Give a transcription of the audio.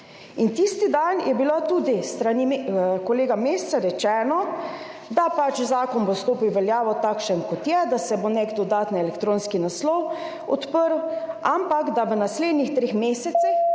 Tisti dan je bilo tudi s strani kolega Mesca rečeno, da bo zakon stopil v veljavo takšen, kot je, da se bo nek dodaten elektronski naslov odprl, ampak da bo v naslednjih treh mesecih